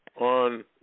on